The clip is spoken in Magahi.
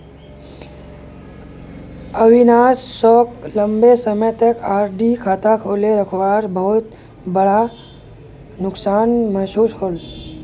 अविनाश सोक लंबे समय तक आर.डी खाता खोले रखवात बहुत बड़का नुकसान महसूस होल